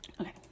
okay